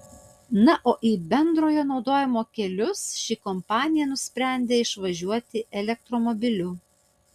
na o į bendrojo naudojimo kelius ši kompanija nusprendė išvažiuoti elektromobiliu